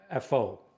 fo